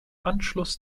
anschluss